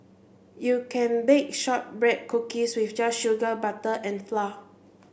you can bake shortbread cookies with just sugar butter and flour